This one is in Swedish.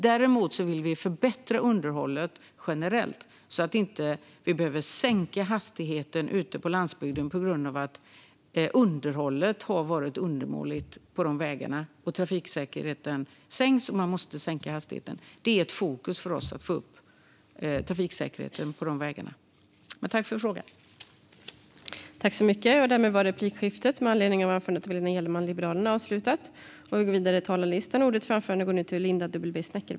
Däremot vill vi förbättra underhållet generellt så att vi inte behöver sänka hastigheten ute på landsbygden på grund av att underhållet har varit undermåligt. Om trafiksäkerheten sänks måste man ju sänka hastigheten. Det är ett fokus för oss att få upp trafiksäkerheten på de vägarna.